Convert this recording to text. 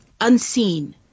unseen